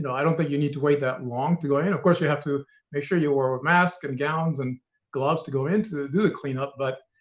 and i don't think but you need to wait that long to go in. of course you have to make sure you wear a mask and gowns and gloves to go in to do the cleanup, but